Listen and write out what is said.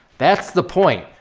that's the point.